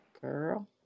girl